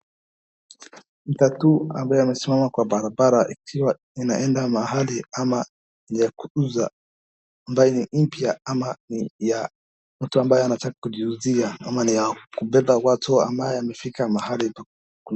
Matatu ambayo imesimama kwa barabara ikiwa inaenda mahali ama ya kuuza ambaye ni mpya ama ya mtu ambaye anataka kujiuzia ama ni ya kubeba watu ambaye amefika mahali.